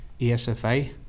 ESFA